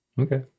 Okay